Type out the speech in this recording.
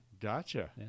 Gotcha